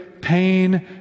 pain